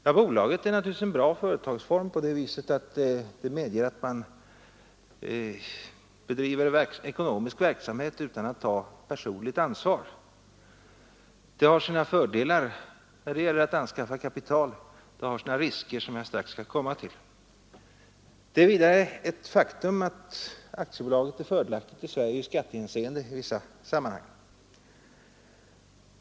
Ja, bolaget är naturligtvis en bra företagsform därigenom att det medger att man bedriver ekonomisk verksamhet utan att ta personligt ansvar. Det har sina fördelar när det gäller att anskaffa kapital. Det har sina risker, som jag strax skall komma till. Det är vidare ett faktum att aktiebolaget är fördelaktigt i Sverige i skattehänseende i vissa sammanhang.